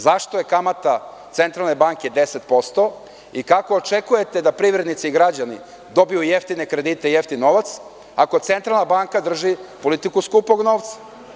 Zašto je kamata Centralne banke 10% i kako očekujete da privrednici i građani dobiju jeftine kredite i jeftin novac ako Centralna banka drži politiku skupog novca?